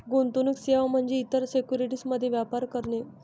गुंतवणूक सेवा म्हणजे इतर सिक्युरिटीज मध्ये व्यापार करणे